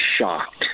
shocked